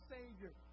Savior